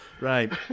Right